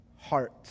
heart